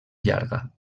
llarga